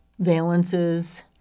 valences